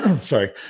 sorry